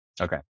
Okay